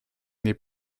n’est